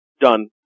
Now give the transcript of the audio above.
Done